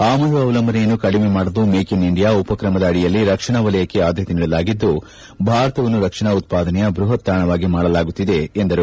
ಆಮದು ಅವಲಂಬನೆಯನ್ನು ಕಡಿಮೆ ಮಾಡಲು ಮೇಕ್ ಇನ್ ಇಂಡಿಯಾ ಉಪಕ್ರಮದ ಅಡಿಯಲ್ಲಿ ರಕ್ಷಣಾ ವಲಯಕ್ಕೆ ಆದ್ಲತೆ ನೀಡಲಾಗಿದ್ದು ಭಾರತವನ್ನು ರಕ್ಷಣಾ ಉತ್ತಾದನೆಯ ಬ್ಬಹತ್ ತಾಣವಾಗಿ ಮಾಡಲಾಗುತ್ತಿದೆ ಎಂದರು